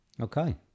Okay